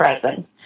present